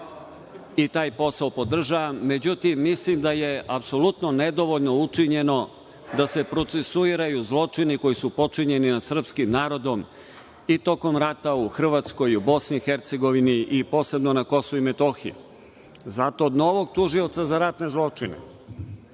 i taj posao podržavam. Međutim, mislim da je apsolutno nedovoljno učinjeno da se procesiraju zločini koji su počinjeni nad srpskim narodom i tokom rata u Hrvatskoj, u BiH, posebno na KiM.Zato od novog tužioca za ratne zločine